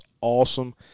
awesome